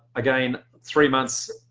again three months